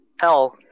hell